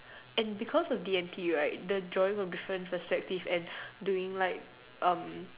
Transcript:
and because of D and T the drawing from different perspective and doing like